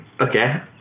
Okay